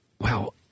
Wow